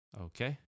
Okay